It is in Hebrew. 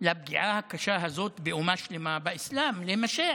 לפגיעה הקשה הזאת באומה שלמה באסלאם להימשך.